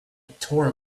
tore